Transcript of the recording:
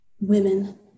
Women